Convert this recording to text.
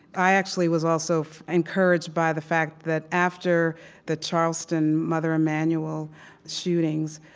i actually was also encouraged by the fact that after the charleston mother emanuel shootings,